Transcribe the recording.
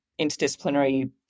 interdisciplinary